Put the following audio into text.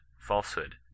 falsehood